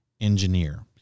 engineer